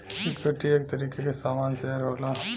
equity एक तरीके के सामान शेअर होला